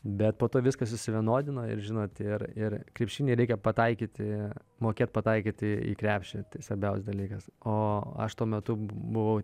bet po to viskas susivienodino ir žinot ir ir krepšinyje reikia pataikyti mokėt pataikyti į krepšį tai svarbiausias dalykas o aš tuo metu buvau